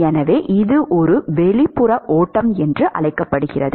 எனவே இது ஒரு வெளிப்புற ஓட்டம் என்று அழைக்கப்படுகிறது